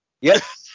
Yes